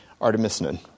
artemisinin